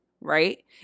right